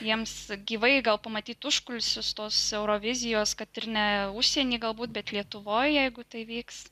jiems gyvai gal pamatyt užkulisius tos eurovizijos kad ir ne užsieny galbūt bet lietuvoj jeigu tai vyks